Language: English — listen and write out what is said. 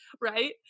right